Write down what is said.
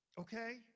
Okay